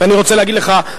אני רוצה להגיד לך,